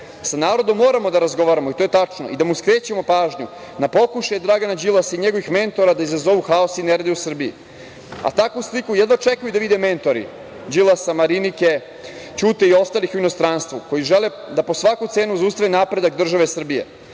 Sa narodom moramo da razgovaramo i to je tačno i da mu skrećemo pažu na pokušaje Dragana Đilasa i njegovih mentora da izazovu haos i nerede u Srbiji. Takvu sliku jedva čekaju da vide mentori Đilasa, Marinike, Ćute i ostalih u inostranstvu, koji žele da po svaku cenu zaustave napredak države Srbije